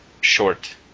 short